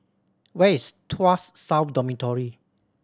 where is Tuas South Dormitory